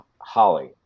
Holly